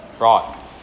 Right